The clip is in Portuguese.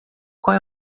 qual